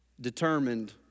determined